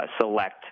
select